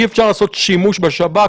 אי-אפשר לעשות שימוש בשב"כ.